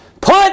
Put